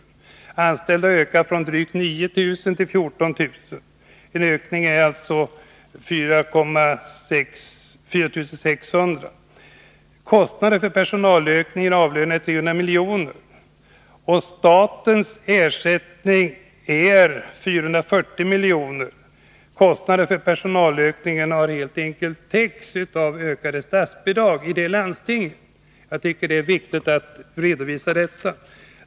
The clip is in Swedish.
Antalet anställda har ökat från drygt 9 000 till 14 000. Ökningen är alltså ca 4 600. Kostnaden för personalökningen, avlöningen, är 300 milj.kr. Och statens ersättning är 440 milj.kr. Kostnaden för personalökningen har helt enkelt täckts av ökade statsbidrag i detta landsting. Jag tycker det är viktigt att redovisa det.